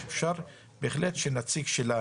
אפשר בהחלט שנציג שלה